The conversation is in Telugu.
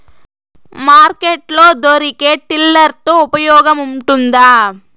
మార్కెట్ లో దొరికే టిల్లర్ తో ఉపయోగం ఉంటుందా?